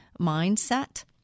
mindset